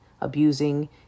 abusing